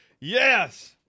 Yes